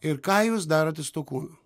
ir ką jūs darote su tuo kūnu